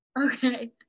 Okay